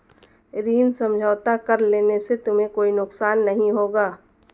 ऋण समझौता कर लेने से तुम्हें कोई नुकसान नहीं होगा